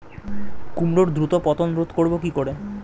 কুমড়োর দ্রুত পতন রোধ করব কি করে?